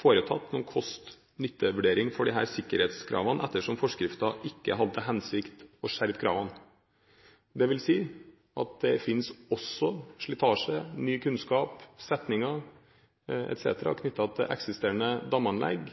foretatt noen kost–nytte-vurdering for disse sikkerhetskravene ettersom forskriften ikke hadde til hensikt å skjerpe kravene. Det vil si at det finnes også slitasje, ny kunnskap, setninger etc. knyttet til eksisterende damanlegg.